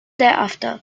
thereafter